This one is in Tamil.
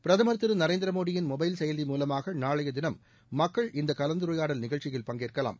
பிரதமர் திரு நரேந்திரமோடியின் மொபைல் செயலி மூலமாக நாளைய தினம் மக்கள் இந்த கலந்துரையாடல் நிகழ்ச்சியில் பங்கேற்கலாம்